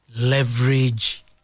leverage